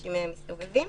שאנשים מסתובבים.